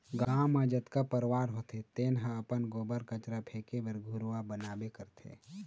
गाँव म जतका परवार होथे तेन ह अपन गोबर, कचरा फेके बर घुरूवा बनाबे करथे